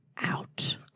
Out